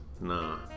Nah